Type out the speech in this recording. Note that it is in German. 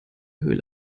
höhle